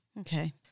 Okay